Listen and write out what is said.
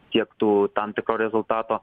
siektų tam tikro rezultato